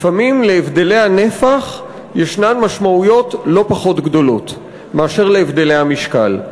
לפעמים להבדלי הנפח יש משמעויות לא פחות גדולות מאשר להבדלי המשקל.